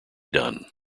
done